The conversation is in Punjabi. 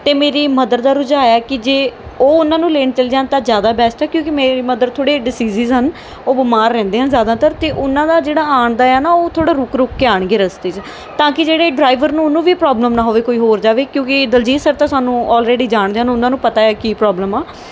ਅਤੇ ਮੇਰੀ ਮਦਰ ਦਾ ਰੁਝਾਉ ਹੈ ਕਿ ਜੇ ਉਹ ਉਹਨਾਂ ਨੂੰ ਲੈਣ ਚਲ ਜਾਣ ਤਾਂ ਜ਼ਿਆਦਾ ਬੈਸਟ ਹੈ ਕਿਉਂਕਿ ਮੇਰੀ ਮਦਰ ਥੋੜ੍ਹੇ ਡਿਸੀਜਿਜ ਹਨ ਉਹ ਬਿਮਾਰ ਰਹਿੰਦੇ ਆ ਜ਼ਿਆਦਾਤਰ ਅਤੇ ਉਹਨਾਂ ਦਾ ਜਿਹੜਾ ਆਉਣ ਦਾ ਆ ਨਾ ਉਹ ਥੋੜ੍ਹਾ ਰੁਕ ਰੁਕ ਕੇ ਆਉਣਗੇ ਰਸਤੇ 'ਚ ਤਾਂ ਕਿ ਜਿਹੜੇ ਡਰਾਈਵਰ ਨੂੰ ਉਹਨੂੰ ਵੀ ਪ੍ਰੋਬਲਮ ਨਾ ਹੋਵੇ ਕੋਈ ਹੋਰ ਜਾਵੇ ਕਿਉਂਕਿ ਦਲਜੀਤ ਸਰ ਤਾਂ ਸਾਨੂੰ ਔਲਰੇਡੀ ਜਾਣਦੇ ਹਨ ਉਹਨਾਂ ਨੂੰ ਪਤਾ ਹੈ ਕੀ ਪ੍ਰੋਬਲਮ ਆ